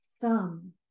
thumb